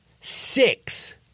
six